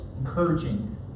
encouraging